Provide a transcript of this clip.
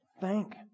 thank